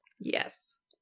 Yes